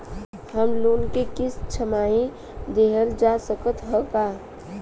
Home loan क किस्त छमाही देहल जा सकत ह का?